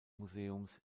museums